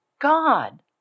God